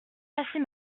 passer